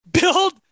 Build